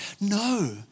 no